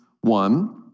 one